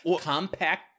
compact